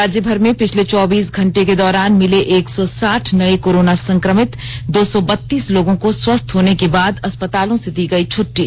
राज्यभर में पिछले चौबीस घंटे के दौरान मिले एक सौ साठ नए कोरोना संक्रमित दो सौ बत्तीस लोगों को स्वस्थ होने के बाद अस्पतालों से दी गई छुट्टी